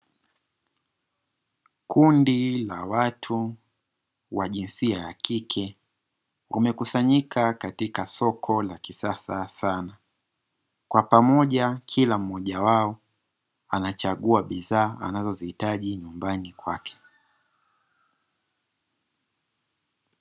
Kundi la watu wa jinsia ya kike wamekusanyika katika soko la kisasa sana. Kwa pamoja kila mmoja wao anachagua bidhaa anazozihitaji nyumbani kwake.